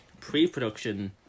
pre-production